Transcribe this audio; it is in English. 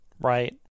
right